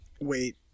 Wait